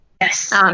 yes